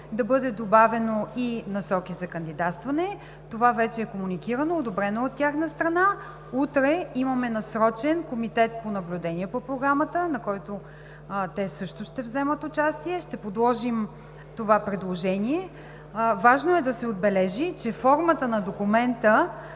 да бъдат добавени и насоки за кандидатстване. Това вече е комуникирано, одобрено е от тяхна страна, утре имаме насрочен Комитет по наблюдение на Програмата, в който те също ще вземат участие, ще предложим това предложение. Важно е да се отбележи, че формата на документа,